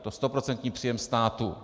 To je stoprocentní příjem státu.